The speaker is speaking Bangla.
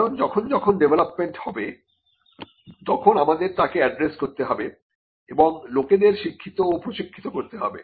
কারণ যখন যখন ডেভলপমেন্ট হবে তখন আমাদের তাকে অ্যাড্রেস করতে হবে এবং লোকেদের শিক্ষিত ও প্রশিক্ষিত করতে হবে